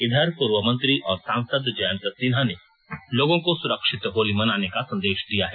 इधर पूर्व मंत्री और सांसद जयंत सिन्हा ने लोगों को सुरक्षित होली मनाने का संदेश दिया है